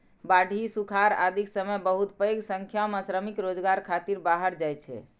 बाढ़ि, सुखाड़ आदिक समय बहुत पैघ संख्या मे श्रमिक रोजगार खातिर बाहर जाइ छै